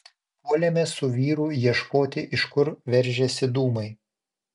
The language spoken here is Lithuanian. puolėme su vyru ieškoti iš kur veržiasi dūmai